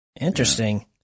Interesting